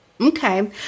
Okay